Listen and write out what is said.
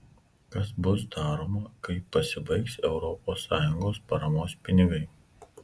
kas bus daroma kai pasibaigs europos sąjungos paramos pinigai